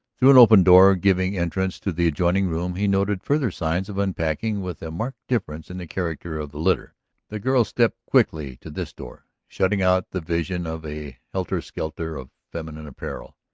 through an open door giving entrance to the adjoining room he noted further signs of unpacking with a marked difference in the character of the litter the girl stepped quickly to this door, shutting out the vision of a helter-skelter of feminine apparel.